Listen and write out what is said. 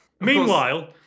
Meanwhile